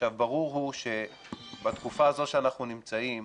עכשיו ברור הוא שבתקופה שאנחנו נמצאים,